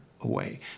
away